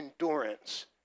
endurance